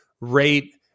rate